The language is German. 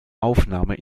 aufnahme